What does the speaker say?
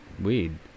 weed